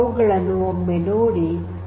ಅವುಗಳನ್ನು ಒಮ್ಮೆ ನೋಡಿರಿ